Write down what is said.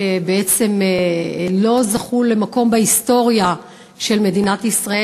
שבעצם לא זכו למקום בהיסטוריה של מדינת ישראל.